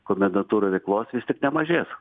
komendantūrų veiklos vis tik nemažės